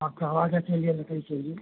और का चाहिए लकड़ी चाहिए